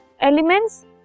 elements